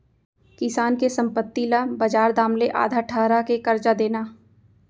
किसान के संपत्ति ल बजार दाम ले आधा ठहरा के करजा देना